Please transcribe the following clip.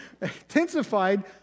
intensified